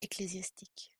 ecclésiastique